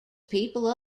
people